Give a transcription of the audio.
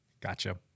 gotcha